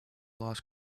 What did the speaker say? lost